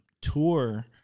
tour